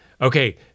okay